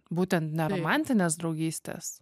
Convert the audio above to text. būtent ne romantinės draugystės